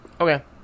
Okay